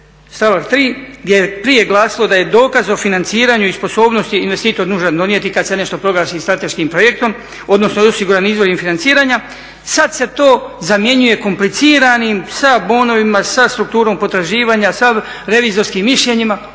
stavak 3 gdje je prije glasilo da je dokaz o financiranju i sposobnosti investitor dužan donijeti kad se nešto proglasi strateškim projektom, odnosno … izvori financiranja, sad se to zamjenjuje kompliciranim sa bonovima, sa strukturom podraživanja, sa revizorskim mišljenjima,